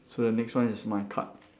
so the next one is my card